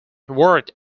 worked